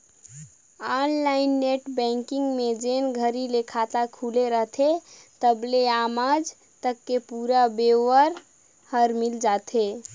online net banking में जेन घरी ले खाता खुले रथे तबले आमज तक के पुरा ब्योरा हर मिल जाथे